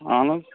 اَہَن حظ